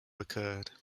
occurred